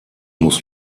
muss